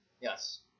Yes